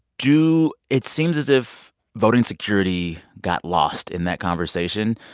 do it seems as if voting security got lost in that conversation.